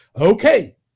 okay